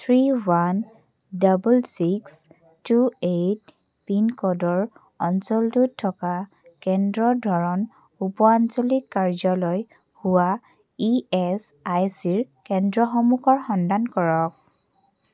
three one double six two eight পিনক'ডৰ অঞ্চলটোত থকা কেন্দ্ৰৰ ধৰণ উপ আঞ্চলিক কাৰ্যালয় হোৱা ইএচআইচিৰ কেন্দ্ৰসমূহৰ সন্ধান কৰক